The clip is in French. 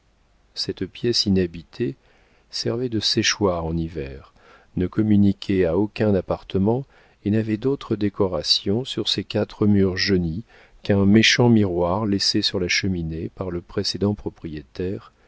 cette pièce inhabitée servait de séchoir en hiver ne communiquait à aucun appartement et n'avait d'autre décoration sur ses quatre murs jaunis qu'un méchant miroir laissé sur la cheminée par le précédent propriétaire